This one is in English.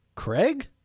Craig